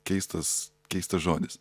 keistas keistas žodis